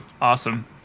Awesome